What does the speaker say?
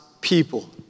people